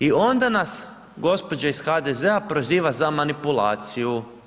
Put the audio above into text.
I onda nas gospođa ih HDZ-a proziva za manipulaciju.